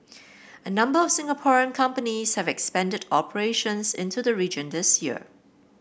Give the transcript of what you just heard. a number of Singapore companies have expanded operations into the region this year